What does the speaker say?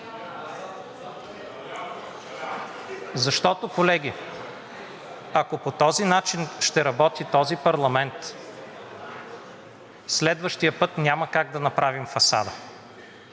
Защото, колеги, ако по този начин ще работи този парламент, следващия път няма как да направим фасада,